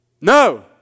No